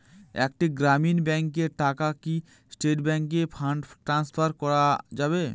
একটি গ্রামীণ ব্যাংকের টাকা কি স্টেট ব্যাংকে ফান্ড ট্রান্সফার করা যাবে?